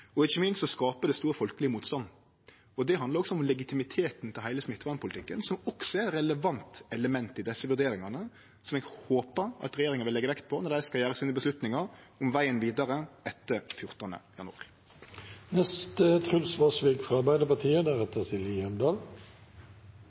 og ikkje minst skapar det stor folkeleg motstand. Det handlar også om legitimiteten til heile smittevernpolitikken, som også er eit relevant element i desse vurderingane som eg håpar regjeringa vil leggje vekt på når dei skal ta sine avgjerder om vegen vidare etter